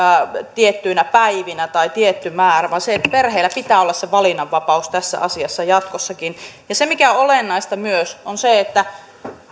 tiettyinä päivinä tai tietty määrä vaan perheillä pitää olla se valinnanvapaus tässä asiassa jatkossakin ja se mikä on olennaista myös on se että